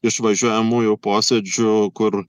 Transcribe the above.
išvažiuojamųjų posėdžių kur